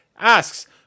Asks